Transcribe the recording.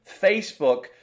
Facebook